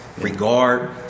regard